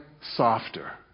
softer